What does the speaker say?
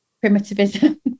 primitivism